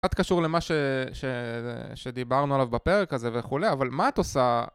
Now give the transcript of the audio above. קצת קשור למה שדיברנו עליו בפרק הזה וכו', אבל מה את עושה...